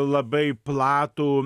labai platų